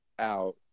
out